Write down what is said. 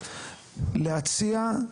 להציע,